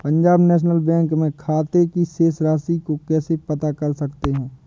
Punjab national bank में खाते की शेष राशि को कैसे पता कर सकते हैं?